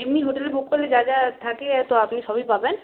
এমনি hotel book করলে যা যা থাকে তো আপনি সবই পাবেন